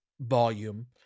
volume